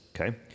okay